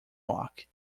rock